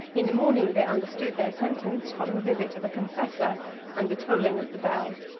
in the morning they understood their sentence from the visit of a confessor and the tolling of the bell.